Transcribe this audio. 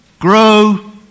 grow